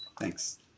Thanks